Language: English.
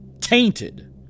Tainted